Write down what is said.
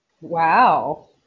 wow